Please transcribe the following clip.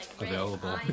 available